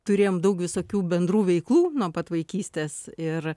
turėjom daug visokių bendrų veiklų nuo pat vaikystės ir